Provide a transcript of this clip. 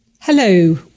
Hello